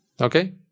Okay